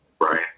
Right